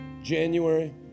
January